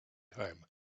time